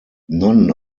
none